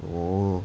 oh